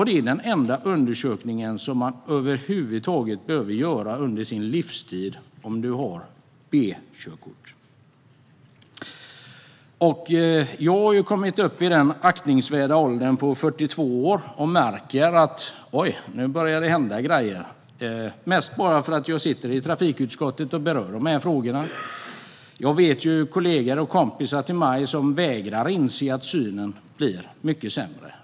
Det är den enda undersökning man behöver göra under sin livstid om man har B-körkort. Jag har kommit upp i den aktningsvärda åldern av 42 år och märker att det börjar hända saker med synen. Eftersom jag sitter i trafikutskottet är jag van vid att man berör de här frågorna. Men jag har kollegor och kompisar som vägrar inse att synen blir mycket sämre.